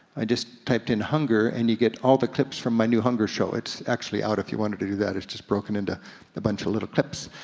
i just typed in hunger, and you get all the clips from my new hunger show, it's actually out if you wanna do that, it's just broken into a bunch of little clips.